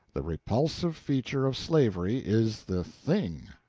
the repulsive feature of slavery is the thing,